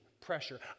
pressure